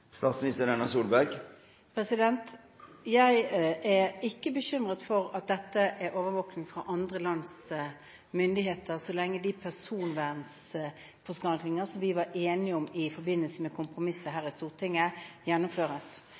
Jeg er ikke bekymret for overvåking fra andre lands myndigheter, så lenge de personvernforordninger som vi var enige om i forbindelse med kompromisset her i Stortinget, gjennomføres.